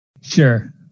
Sure